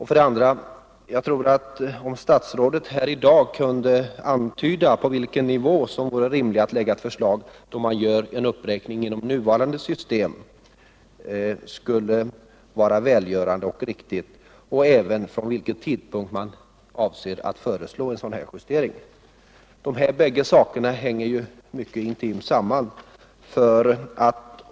För det andra skulle det vara välgörande om statsrådet här i dag kunde antyda på vilken nivå det vore rimligt att lägga ett förslag då man gör uppräkningen av nuvarande bidrag och dessutom ange från vilken tidpunkt man avser att föreslå en sådan justering. Dessa bägge saker hänger ju mycket intimt samman.